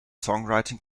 songwriting